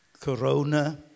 corona